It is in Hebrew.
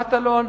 מטלון,